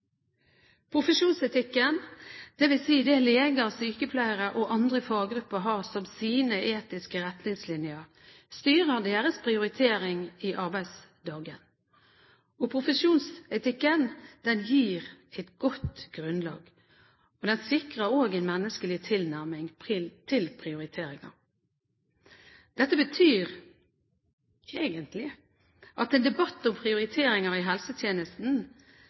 Profesjonsetikken, dvs. det leger, sykepleiere og andre faggrupper har som sine etiske retningslinjer, styrer deres prioriteringer i arbeidsdagen. Profesjonsetikken gir et godt grunnlag. Den sikrer også en menneskelig tilnærming til prioriteringer. Dette betyr egentlig at en debatt om prioriteringer i helsetjenesten